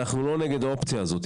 אנחנו לא נגד האופציה הזאת,